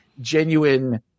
genuine –